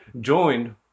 Joined